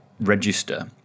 register